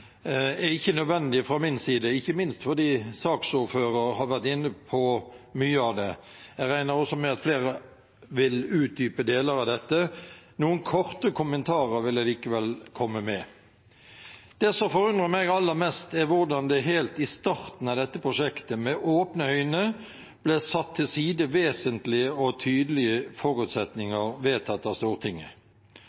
er ikke nødvendig fra min side, ikke minst fordi saksordføreren har vært inne på mye av det. Jeg regner også med at flere vil utdype deler av dette. Noen korte kommentarer vil jeg likevel komme med. Det som forundrer meg aller mest, er hvordan det helt i starten av dette prosjektet med åpne øyne ble satt til side vesentlige og tydelige